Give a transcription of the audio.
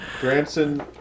Granson